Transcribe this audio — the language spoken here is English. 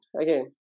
again